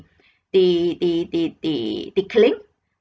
the the the the the killing